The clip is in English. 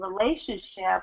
relationship